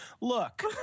Look